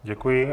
Děkuji.